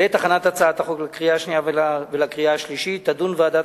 "בעת הכנת הצעת החוק לקריאה השנייה ולקריאה השלישית תדון ועדת